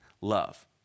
love